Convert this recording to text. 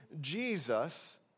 Jesus